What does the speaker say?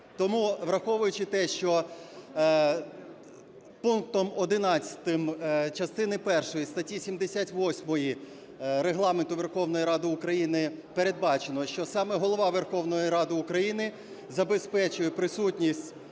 Тому, враховуючи те, що пунктом 11 частини першої статті 78 Регламенту Верховної Ради України передбачено, що саме Голова Верховної Ради України забезпечує присутність